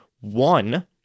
one